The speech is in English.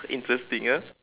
interesting ah